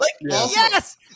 yes